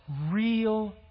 real